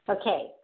Okay